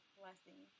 blessing